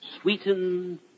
sweeten